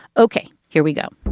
ok. here we go.